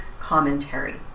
commentary